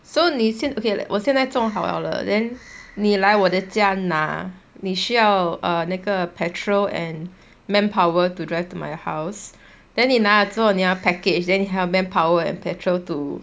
so 你现在 okay like 我现在种好了了 then 你来我的家拿你需要 err 那个 petrol and manpower to drive to my house then 你拿了之后你要 package then 你还要 manpower and petrol to